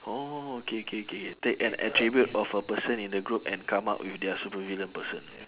oh okay K K take an attribute of a person in the group and come up with their supervillain person